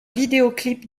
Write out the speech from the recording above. vidéoclip